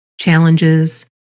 challenges